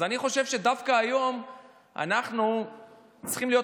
אז אני חושב שדווקא היום אנחנו צריכים להיות